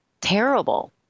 terrible